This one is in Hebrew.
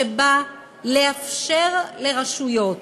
שבא לאפשר לרשויות